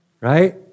right